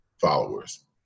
followers